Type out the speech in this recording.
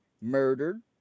murdered